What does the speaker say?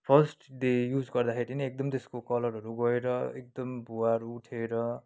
first day use गर्दाखरि नै एकदम त्यसको कलरहरू गएर एकदम भुवाहरू उठेर